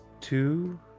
two